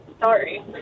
sorry